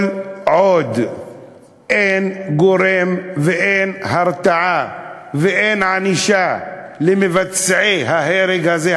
כל עוד אין גורם ואין הרתעה ואין ענישה של מבצעי ההרג הזה,